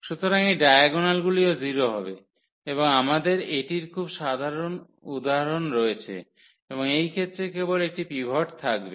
সুতরাং এই ডায়াগোনালগুলিও 0 হবে এবং আমাদের এটির খুব সাধারণ উদাহরণ রয়েছে এবং এই ক্ষেত্রে কেবল একটি পিভট থাকবে